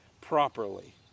properly